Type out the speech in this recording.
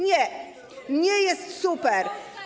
Nie, nie jest super.